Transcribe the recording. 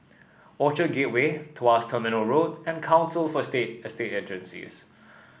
Orchard Gateway Tuas Terminal Road and Council for state Estate Agencies